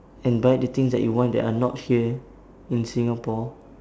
and buy the things that you want that are not here in singapore